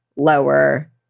lower